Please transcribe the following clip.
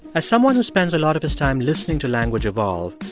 as someone who spends a lot of his time listening to language evolve,